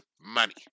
money